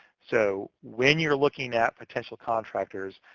so when you're looking at potential contractors,